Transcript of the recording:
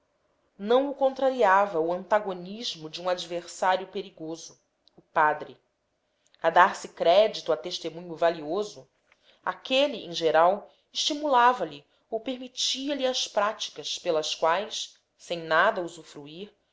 não o contrariava o antagonismo de um adversário perigoso o padre a dar-se crédito a testemunho valioso aquele em geral estimulava lhe ou permitia lhe as práticas pelas quais sem nada usufruir